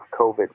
COVID